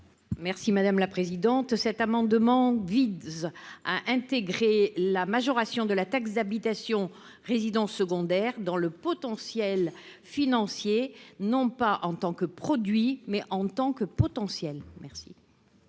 Merci madame la présidente, cet amendement vise à intégrer la majoration de la taxe d'habitation, résidences secondaires dans le potentiel financier non pas en tant que produit mais en tant que potentiel merci.